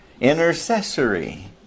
Intercessory